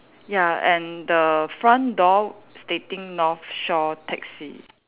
ya and the front door stating North Shore taxi